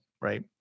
Right